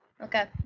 Okay